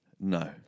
No